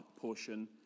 portion